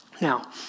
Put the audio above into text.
Now